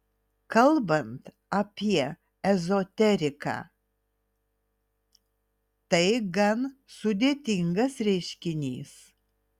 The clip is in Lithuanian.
kalbant apie ezoteriką tai gan sudėtingas reiškinys